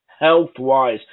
Health-wise